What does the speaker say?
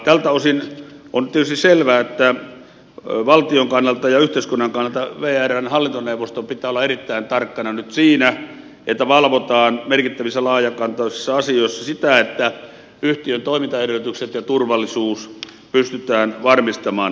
tältä osin on tietysti selvää että valtion kannalta ja yhteiskunnan kannalta vrn hallintoneuvoston pitää olla erittäin tarkkana nyt siinä että valvotaan merkittävissä laajakantoisissa asioissa sitä että yhtiön toimintaedellytykset ja turvallisuus pystytään varmistamaan